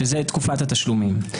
שזה תקופת התשלומים.